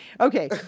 Okay